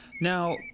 Now